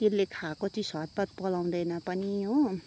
त्यसले खाएको चिज हतपत पलाउँदैन पनि हो